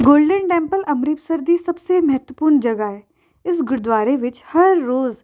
golden temple Amritsar ਦੀ ਸਭਸੇ ਮਹੱਤਵਪੂਰਨ ਜਗ੍ਹਾ ਹੈ ਇਸ ਗੁਰਦੁਆਰੇ ਵਿੱਚ ਹਰ ਰੋਜ਼